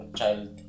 child